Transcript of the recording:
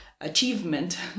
achievement